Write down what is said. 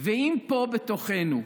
ואם פה, בתוכנו,